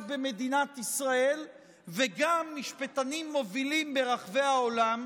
במדינת ישראל וגם משפטנים מובילים ברחבי העולם,